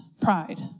pride